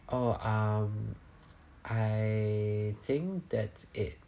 oh um I think that's it